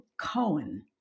Cohen